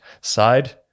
side